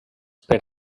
per